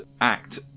act